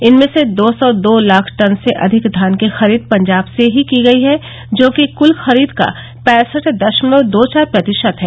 इसमें से दो सौ दो लाख टन से अधिक धान की खरीद पंजाब से ही की गई है जोकि कुल खरीद का पैंसठ दशमलव दो चार प्रतिशत है